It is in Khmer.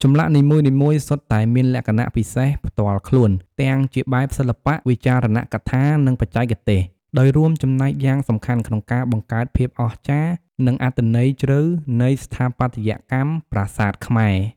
ចម្លាក់នីមួយៗសុទ្ធតែមានលក្ខណៈពិសេសផ្ទាល់ខ្លួន ទាំងជាបែបសិល្បៈ វិចារណកថា និងបច្ចេកទេស ដោយរួមចំណែកយ៉ាងសំខាន់ក្នុងការបង្កើតភាពអស្ចារ្យ និងអត្ថន័យជ្រៅនៃស្ថាបត្យកម្មប្រាសាទខ្មែរ។